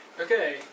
Okay